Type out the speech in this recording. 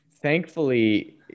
Thankfully